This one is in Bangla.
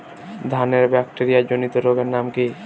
ধানের ব্যাকটেরিয়া জনিত রোগের নাম কি?